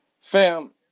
Fam